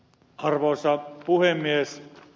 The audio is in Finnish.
arvoisa puhemies